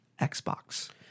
xbox